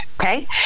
okay